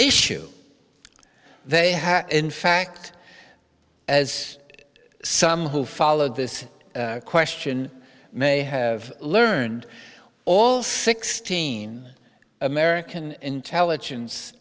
issue they had in fact as some who followed this question may have learned all sixteen american intelligence